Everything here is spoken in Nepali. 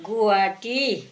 गुवाहटी